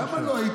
למה?